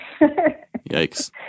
Yikes